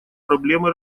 проблемы